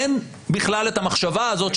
אין בכלל את המחשבה הזאת,